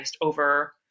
over